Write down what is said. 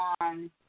on